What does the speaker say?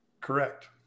Correct